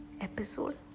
episode